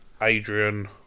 Adrian